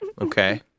Okay